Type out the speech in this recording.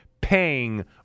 paying